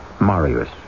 Marius